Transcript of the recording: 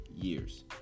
years